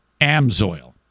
Amsoil